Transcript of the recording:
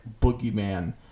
boogeyman